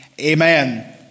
amen